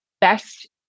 best